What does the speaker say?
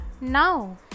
now